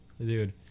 Dude